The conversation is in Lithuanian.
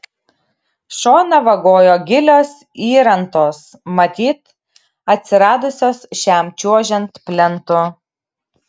šoną vagojo gilios įrantos matyt atsiradusios šiam čiuožiant plentu